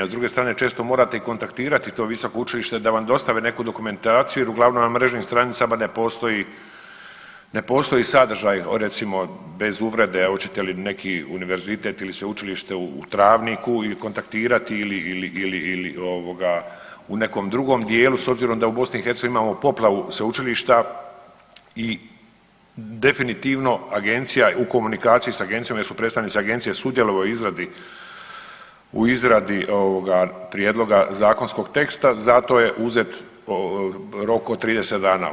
S druge strane često morate i kontaktirati to visoko učilište da vam dostave neku dokumentaciju jer uglavnom na mrežnim stranicama ne postoji, ne postoji sadržaj o recimo bez uvrede hoćete li neki univerzitet ili sveučilište u Travniku kontaktirati ili, ili, ili, ili ovoga u nekom drugom dijelu s obzirom da u BiH imamo poplavu sveučilišta i definitivno agencija, u komunikaciji s agencijom jer su predstavnici agencije sudjelovali u izradi, u izradi ovoga prijedloga zakonskog teksta zato je uzet rok od 30 dana.